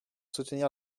soutenir